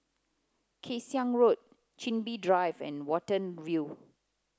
Kay Siang Road Chin Bee Drive and Watten View